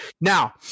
Now